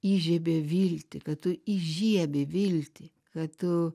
įžiebė viltį kad tu įžiebi viltį kad tu